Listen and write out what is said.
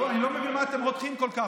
תראו, אני לא מבין מה אתם רותחים כל כך.